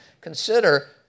Consider